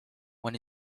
when